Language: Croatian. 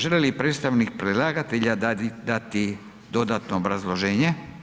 Želi li predstavnik predlagatelja dati dodatno obrazloženje?